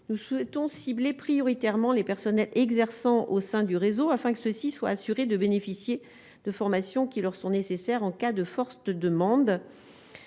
nous souhaitons cibler prioritairement les personnes exerçant au sein du réseau afin que ceux-ci soient assurés de bénéficier de formations qui leur sont nécessaires en cas de forte demande,